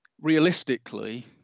realistically